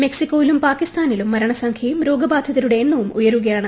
മെക്സികോയിലും പാകിസ്ഥാനിലും മരണസംഖ്യയും രോഗബാധിതരുടെ എണ്ണവും ഉയരുകയാണ്